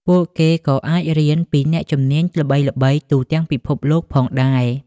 ពួកគេក៏អាចរៀនពីអ្នកជំនាញល្បីៗទូទាំងពិភពលោកផងដែរ។